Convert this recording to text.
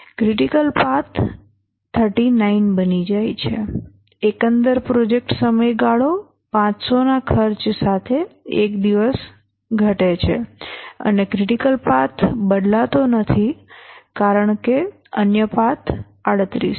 critical path 39 બની જાય છે એકંદર પ્રોજેક્ટ સમયગાળો 500 ના ખર્ચ સાથે 1 દિવસ ઘટાડે છે અને ક્રિટિકલ પાથ બદલાતો નથી કારણ કે અન્ય પાથ 38 છે